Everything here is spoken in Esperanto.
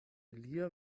lia